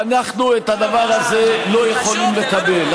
ואנחנו, את הדבר הזה לא יכולים לקבל.